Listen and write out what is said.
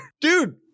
Dude